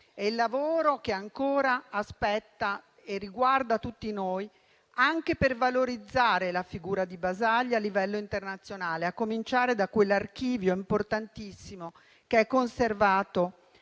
e il lavoro che ancora aspetta e riguarda tutti noi, anche per valorizzare la figura di Basaglia a livello internazionale, a cominciare da quell'archivio importantissimo che è conservato